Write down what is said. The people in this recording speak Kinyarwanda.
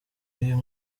y’uyu